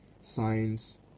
science